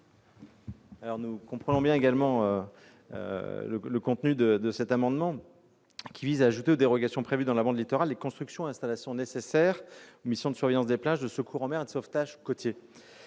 la commission sur l'amendement n° 43 ? Cet amendement vise à ajouter aux dérogations prévues dans la bande littorale les constructions ou installations nécessaires aux missions de surveillance des plages, de secours en mer et de sauvetage côtier.